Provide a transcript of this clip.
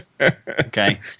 Okay